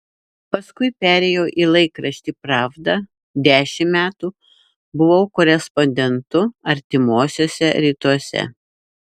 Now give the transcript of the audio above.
paskui perėjau į laikraštį pravda dešimt metų buvau korespondentu artimuosiuose rytuose